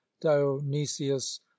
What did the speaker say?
Dionysius